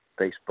Facebook